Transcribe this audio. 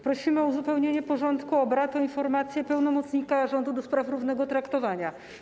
Prosimy o uzupełnienie porządku obrad o informację pełnomocnika rządu ds. równego traktowania.